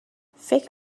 فکر